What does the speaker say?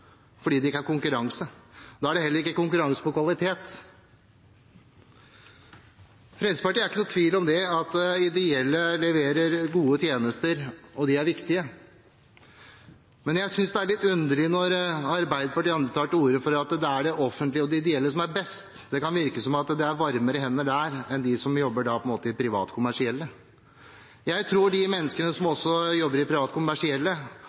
fordi det ikke er konkurranse. Da er det heller ikke konkurranse på kvalitet. Fremskrittspartiet er ikke i tvil om at de ideelle leverer gode tjenester, og at de er viktige, men jeg synes det er litt underlig at Arbeiderpartiet og andre tar til orde for at det er de offentlige og ideelle som er best. Det kan virke som om det er varmere hender der enn hos dem som jobber i private kommersielle. Jeg tror også de menneskene som jobber hos private kommersielle,